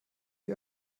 die